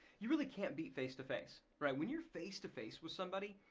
you really can't beat face-to-face, right? when you're face-to-face with somebody,